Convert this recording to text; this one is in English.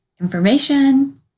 information